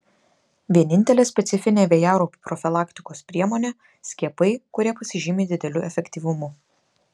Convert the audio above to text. vienintelė specifinė vėjaraupių profilaktikos priemonė skiepai kurie pasižymi dideliu efektyvumu